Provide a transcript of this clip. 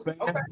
Okay